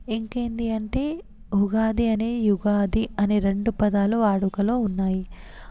ఇంకేంది అంటే ఉగాది అని యుగాది అనే రెండు పదాలు వాడుకలో ఉన్నాయి